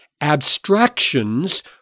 abstractions